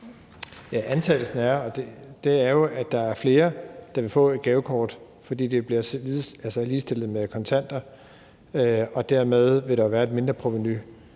antagelsen er jo, at der er flere, der vil få gavekort, fordi det bliver ligestillet med kontanter, og dermed vil der være et mindreprovenu